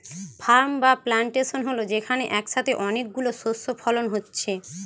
farm বা plantation হল যেখানে একসাথে অনেক গুলো শস্য ফলন হচ্ছে